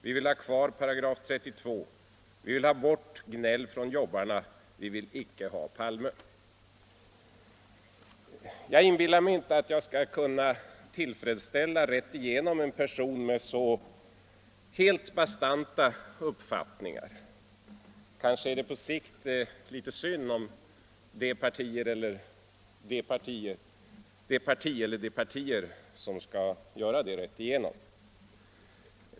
Vi vill ha kvar § 32. Vi vill ha bort gnäll från jobbarna. Vi vill icke ha Palme.” Jag inbillar mig inte att jag skall kunna tillfredsställa en person med så helt bastanta uppfattningar. Kanske är det på sikt litet synd om det parti eller de partier som skall göra det rätt igenom.